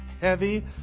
heavy